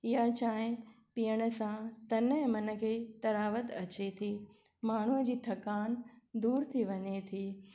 इहा चांहि पीअण सां तन ऐं मन खे तरावत अचे थी माण्हूअ जी थकावट दुर थी वञे थी